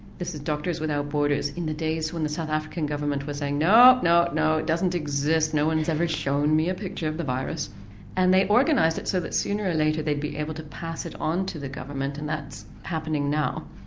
this is doctors without borders in the days when the south african government was saying no, no, no it doesn't exist, no one's ever shown me a picture of the virus and they organised it so that sooner or later they'd be able to pass it onto the government and that's happening now.